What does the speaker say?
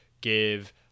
give